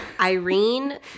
Irene